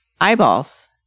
eyeballs